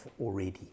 already